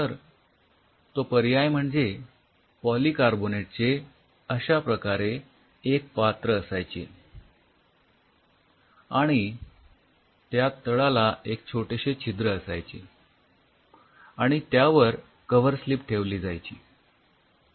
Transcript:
तर तो पर्याय म्हणजे पॉलीकार्बोनेट चे अश्या प्रकारे एक पात्र असायचे आणि त्यात तळाला एक छोटेसे छिद्र असायचे आणि त्यावर ग्लास कव्हरस्लीप ठेवली जायची